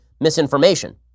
misinformation